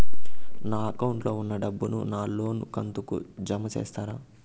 నా అకౌంట్ లో ఉన్న డబ్బును నా లోను కంతు కు జామ చేస్తారా?